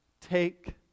take